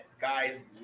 guys